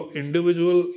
individual